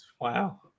wow